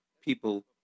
people